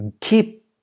keep